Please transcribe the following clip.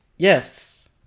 Yes